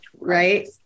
Right